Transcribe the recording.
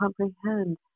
comprehend